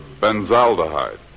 benzaldehyde